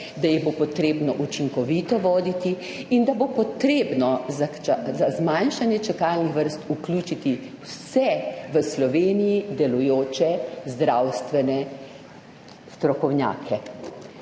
da jih bo potrebno učinkovito voditi in da bo potrebno za zmanjšanje čakalnih vrst vključiti vse v Sloveniji delujoče zdravstvene strokovnjake.